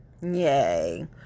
Yay